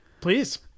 please